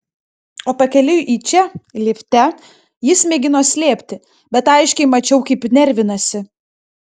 o pakeliui į čia lifte jis mėgino slėpti bet aiškiai mačiau kaip nervinasi